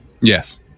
Yes